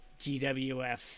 GWF